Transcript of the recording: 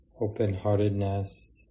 open-heartedness